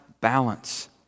balance